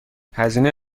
هزینه